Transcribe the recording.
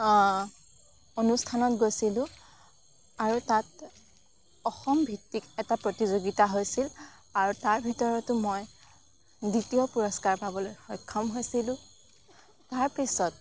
অনুষ্ঠানত গৈছিলোঁ আৰু তাত অসম ভিত্তিক এটা প্ৰতিযোগিতা হৈছিল আৰু তাৰ ভিতৰতো মই দ্বিতীয় পুৰস্কাৰ পাবলৈ সক্ষম হৈছিলোঁ তাৰপিছত